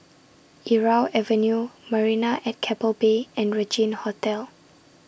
Irau Avenue Marina At Keppel Bay and Regina Hotel